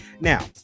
Now